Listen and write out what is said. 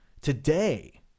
today